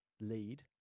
lead